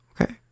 Okay